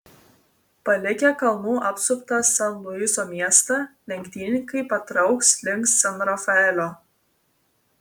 palikę kalnų apsuptą san luiso miestą lenktynininkai patrauks link san rafaelio